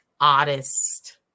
oddest